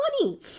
money